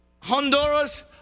Honduras